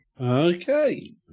Okay